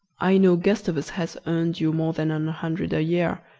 i know gustavus has earned you more than an hundred a-year,